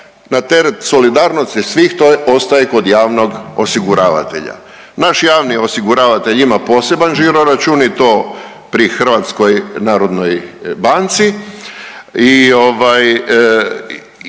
na teret solidarnosti svih, to je, ostaje kod javnog osiguravatelja. Naš javni osiguravatelj ima poseban žiro račun i to pri HNB-u i ovaj,